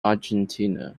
argentina